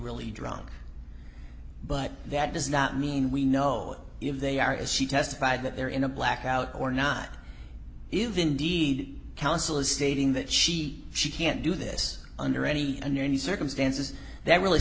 really drunk but that does not mean we know if they are is she testified that they're in a blackout or not if indeed council is stating that she she can't do this under any circumstances that really